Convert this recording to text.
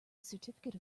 certificate